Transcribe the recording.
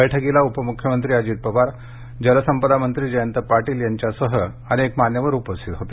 बैठकीला उपमुख्यमंत्री अजित पवार जलसंपदा मंत्री जयंत पाटील यांच्यासह अनेक मान्यवर उपस्थित होते